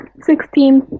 Sixteen